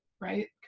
right